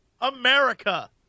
America